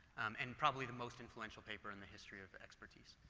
and probably the most influential paper in the history of expertise.